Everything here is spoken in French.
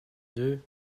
deux